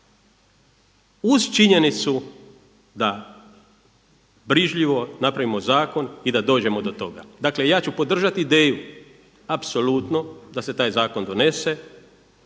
uz činjenicu da brižljivo napravimo zakon i da dođemo do toga. Dakle ja ću podržati ideju, apsolutno da se taj zakon donese,